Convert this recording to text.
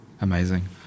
Amazing